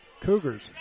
Cougars